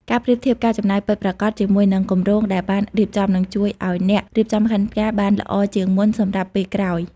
ការប្រៀបធៀបការចំណាយពិតប្រាកដជាមួយនឹងគម្រោងដែលបានរៀបចំ នឹងជួយឱ្យអ្នករៀបចំផែនការបានល្អជាងមុនសម្រាប់ពេលក្រោយ។